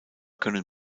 können